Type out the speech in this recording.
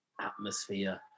atmosphere